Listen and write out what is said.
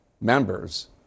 members